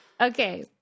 Okay